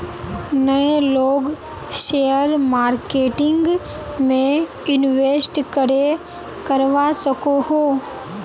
नय लोग share marketing में इंवेस्ट करे करवा सकोहो?